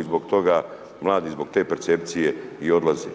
i zbog toga, mladi zbog te percepcije i odlaze.